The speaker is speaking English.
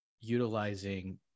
utilizing